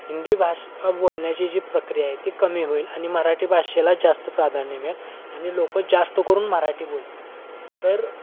हिंदी भाषा बोलण्याची जी प्रक्रिया आहे ती कमी होईल आणि मराठी भाषेलाच जास्त प्राधान्य मिळेल आणि लोक जास्त करून मराठी बोलतील तर